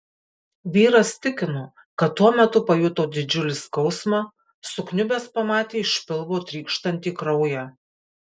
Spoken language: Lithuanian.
vyras tikino kad tuo metu pajuto didžiulį skausmą sukniubęs pamatė iš pilvo trykštantį kraują